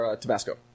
Tabasco